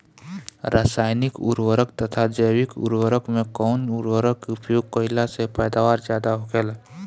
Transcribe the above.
रसायनिक उर्वरक तथा जैविक उर्वरक में कउन उर्वरक के उपयोग कइला से पैदावार ज्यादा होखेला?